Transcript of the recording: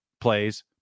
plays